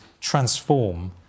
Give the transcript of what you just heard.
transform